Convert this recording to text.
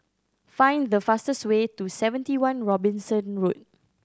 find the fastest way to Seventy One Robinson Road